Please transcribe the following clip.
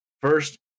First